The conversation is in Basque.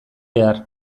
behar